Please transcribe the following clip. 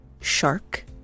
shark